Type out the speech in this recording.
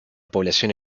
población